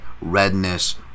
redness